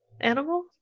Animal